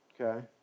Okay